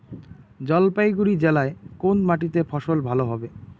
জলপাইগুড়ি জেলায় কোন মাটিতে ফসল ভালো হবে?